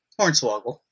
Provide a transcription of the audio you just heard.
Hornswoggle